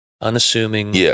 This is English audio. unassuming